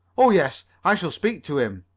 oh, yes. i shall speak to him.